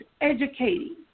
educating